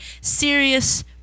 serious